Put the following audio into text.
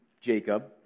Jacob